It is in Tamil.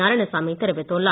நாராயணசாமி தெரிவித்துள்ளார்